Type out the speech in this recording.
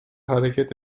hareket